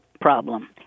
problem